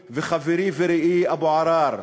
בנגב, אדוני וחברי ורעי אבו עראר?